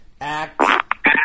act